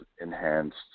enhanced